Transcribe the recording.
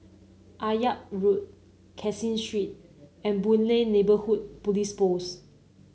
Akyab Road Caseen Street and Boon Lay Neighbourhood Police Post